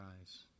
eyes